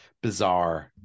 bizarre